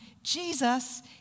Jesus